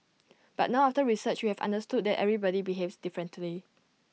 but now after research we have understood that everybody behaves differently